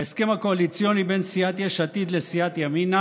בהסכם הקואליציוני בין סיעת יש עתיד לסיעת ימינה